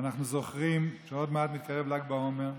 אנחנו זוכרים שעוד מעט מתקרב ל"ג בעומר,